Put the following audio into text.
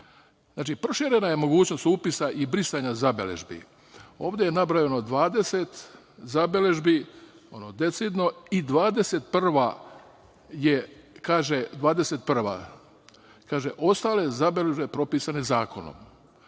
Znači, proširena je mogućnost upisa i brisanja zabeležbi. Ovde je nabrojano 20 zabeležbi decidno i 21. kaže – ostale zabeležbe propisane zakonom.